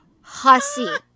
hussy